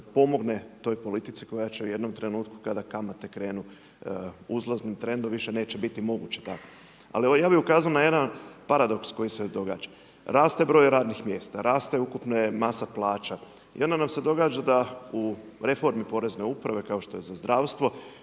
pomogne toj politici koja će u jednom trenutku kada kamate krenu uzlaznim trendom, više neće biti moguće tako. Ali ja bih ukazao na jedan paradoks koji se događa. Raste broj radnih mjesta, raste ukupna masa plaća i onda nam se događa da u reformi porezne uprave, kao što je za zdravstvo,